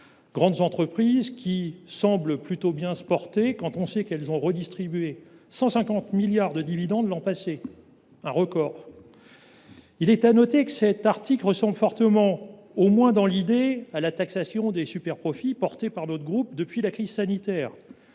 pays, lesquelles semblent plutôt bien se porter : elles ont redistribué 150 milliards d’euros de dividendes l’an passé, un record. Il faut noter que cet article ressemble fortement, au moins dans l’idée, à la taxation des superprofits défendue par notre groupe depuis la crise sanitaire.